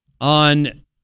on